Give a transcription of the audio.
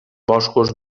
boscos